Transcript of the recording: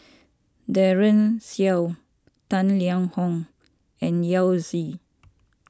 Daren Shiau Tang Liang Hong and Yao Zi